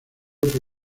otro